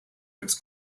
its